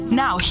now